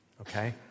okay